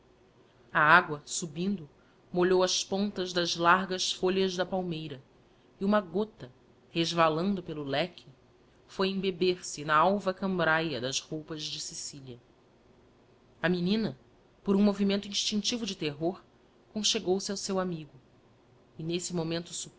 a agua subindo molhou as pontas das largas folhas da palmeira e uma gotta resvalando pelo leque foi embeber bc na alva cambraia das roupas de cecilia a menina por um movimento instinctivo de terror conchegou se ao seu